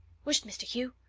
wisht, mr. hugh!